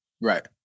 Right